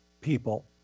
People